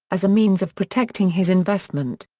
as a means of protecting his investment.